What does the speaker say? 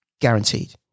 Guaranteed